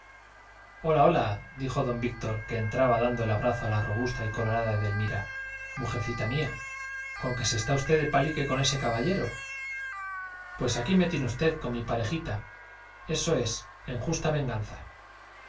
mirarle hola hola dijo don víctor que entraba dando el brazo a la robusta y colorada edelmira mujercita mía con que se está usted de palique con ese caballero pues aquí me tiene usted con mi parejita eso es en justa venganza